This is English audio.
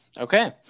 Okay